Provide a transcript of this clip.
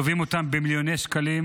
תובעים אותם במיליוני שקלים